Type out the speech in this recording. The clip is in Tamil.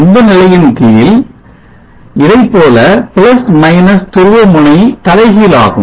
அந்த நிலையின் கீழ் இதைப்போல துருவ முனை தலைகீழாகும்